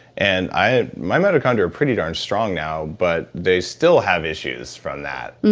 and i, my mitochondria are pretty darn strong now but they still have issues from that.